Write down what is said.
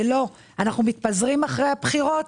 אנחנו מתפזרים אחרי הבחירות,